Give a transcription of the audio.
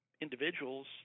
individual's